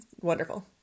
Wonderful